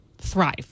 thrive